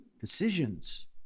decisions